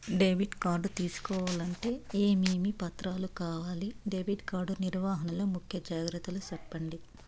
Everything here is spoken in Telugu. డెబిట్ కార్డు తీసుకోవాలంటే ఏమేమి పత్రాలు కావాలి? డెబిట్ కార్డు నిర్వహణ లో ముఖ్య జాగ్రత్తలు సెప్పండి?